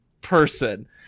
person